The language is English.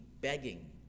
begging